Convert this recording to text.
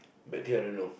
bad thing I don't know